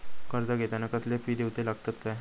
कर्ज घेताना कसले फी दिऊचे लागतत काय?